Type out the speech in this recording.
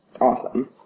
awesome